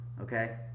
Okay